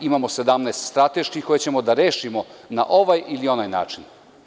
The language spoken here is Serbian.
Imamo 17 strateških koje ćemo da rešimo na ovaj ili onaj način.